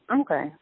Okay